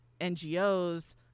NGOs